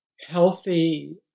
healthy